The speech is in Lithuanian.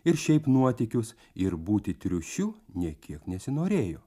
ir šiaip nuotykius ir būti triušiu nė kiek nesinorėjo